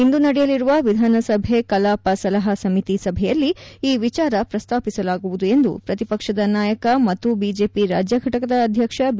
ಇಂದು ನಡೆಯಲಿರುವ ವಿಧಾನಸಭೆ ಕಲಾಪ ಸಲಹಾ ಸಮಿತಿ ಸಭೆಯಲ್ಲಿ ಈ ವಿಚಾರ ಪ್ರಸ್ನಾಪಿಸಲಾಗುವುದು ಎಂದು ಪ್ರತಿಪಕ್ಷದ ನಾಯಕ ಮತ್ತು ಬಿಜೆಪಿ ರಾಜ್ಞಘಟಕದ ಅಧ್ವಕ್ಷ ಬಿ